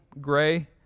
gray